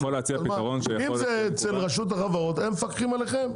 אם זה אצל רשות החברות, הם מפקחים עליכם.